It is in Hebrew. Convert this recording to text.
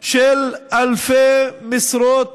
של אלפי משרות